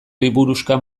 liburuxka